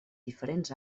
diferents